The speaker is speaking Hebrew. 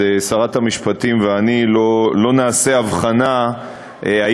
שרת המשפטים ואני לא נעשה הבחנה אם